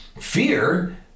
Fear